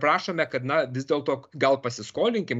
paprašome kad na vis dėlto gal pasiskolinkim